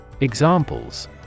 Examples